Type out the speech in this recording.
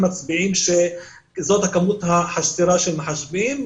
שמצביעים שזאת הכמות החסרה של מחשבים.